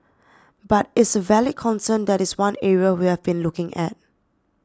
but is a valid concern that is one area we have been looking at